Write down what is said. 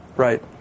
Right